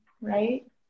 right